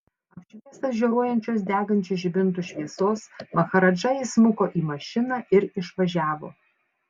apšviestas žioruojančios degančių žibintų šviesos maharadža įsmuko į mašiną ir išvažiavo